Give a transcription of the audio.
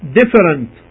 different